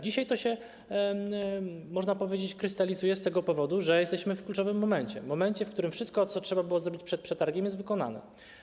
Dzisiaj to się, można powiedzieć, krystalizuje z tego powodu, że jesteśmy w kluczowym momencie, momencie, w którym wszystko, co trzeba było zrobić przed przetargiem, jest wykonane.